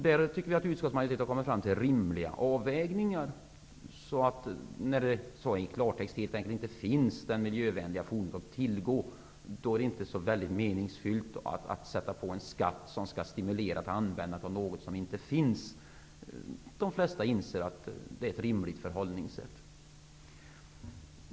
Där tycker vi att utskottsmajoriteten har kommit fram till rimliga avvägningar. I klartext: När det helt enkelt inte finns miljövänliga fordon att tillgå, är det inte meningsfyllt att lägga på en skatt som skall stimulera till användning av något som inte finns. De flesta inser att det är ett rimligt förhållningssätt.